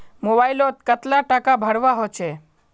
Mobile लोत कतला टाका भरवा होचे?